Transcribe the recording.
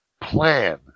plan